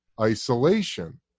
isolation